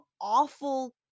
awful